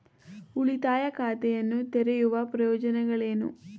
ಉಳಿತಾಯ ಖಾತೆಯನ್ನು ತೆರೆಯುವ ಪ್ರಯೋಜನಗಳೇನು?